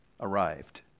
arrived